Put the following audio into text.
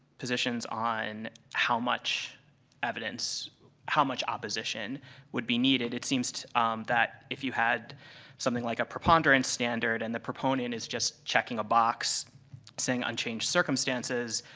positions on how much evidence how much opposition would be needed. it seems that if you had something like a preponderance standard and the proponent is just checking a box saying unchanged circumstances,